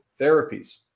therapies